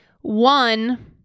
one